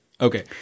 okay